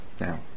Now